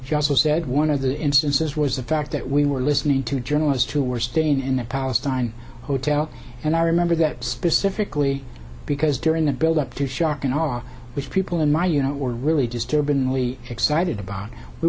said one of the instances was the fact that we were listening to journalists who were staying in the palestine hotel and i remember that specifically because during the build up to shock and awe which people in my unit were really disturbingly excited about we